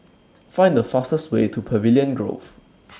Find The fastest Way to Pavilion Grove